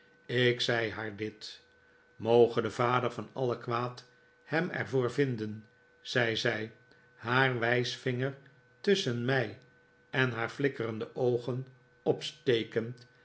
ik zei haar dit moge de vader van alle kwaad hem er voor vinden zei zij haar wijsvinger tusschen mij en haar flikkerende oogen opstekend